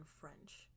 French